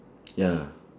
ya